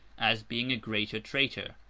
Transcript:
as being a greater traitor.